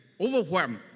Overwhelmed